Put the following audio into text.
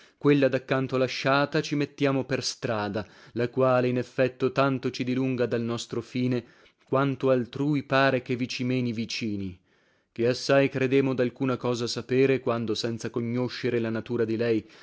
quella da canto lasciata ci mettiamo per strada la quale in effetto tanto ci dilunga dal nostro fine quanto altrui pare che vi ci meni vicini che assai credemo dalcuna cosa sapere quando senza cognoscere la natura di lei